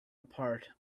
apart